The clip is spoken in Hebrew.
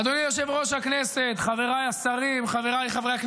אדוני יושב-ראש הכנסת --- תוסיף --- של ויסקי להתחלה.